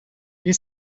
you